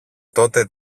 τότε